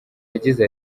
yagize